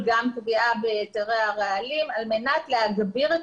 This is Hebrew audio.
גם קביעה בהיתרי הרעלים על מנת להגביר את